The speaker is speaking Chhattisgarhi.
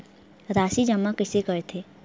राशि जमा कइसे करथे?